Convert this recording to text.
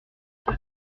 plus